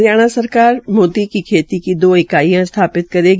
हरियाणा सरकार मोती की खेती की दो इकाईयां स्थापित करेगी